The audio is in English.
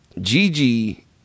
Gigi